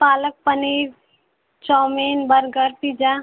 पालक paneer chow mein burger pizza